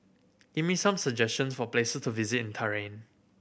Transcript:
give me some suggestions for place to visit in Tehran